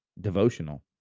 devotional